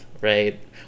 right